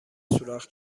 سوراخ